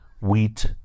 wheat